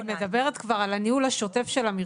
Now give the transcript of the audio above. היא מדברת כבר על הניהול השוטף של המרשם.